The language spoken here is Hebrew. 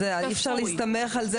אי אפשר להסתמך על זה.